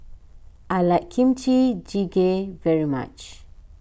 I like Kimchi Jjigae very much